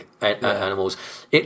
animals